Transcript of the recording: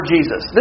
Jesus